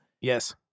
Yes